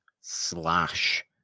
slash